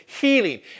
healing